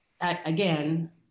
again